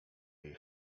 jej